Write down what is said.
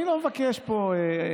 אני לא מבקש פה הצלות,